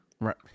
right